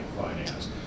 finance